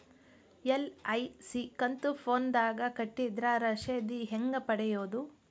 LIC ಕಂತು ಫೋನದಾಗ ಕಟ್ಟಿದ್ರ ರಶೇದಿ ಹೆಂಗ್ ಪಡೆಯೋದು?